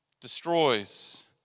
destroys